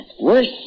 worse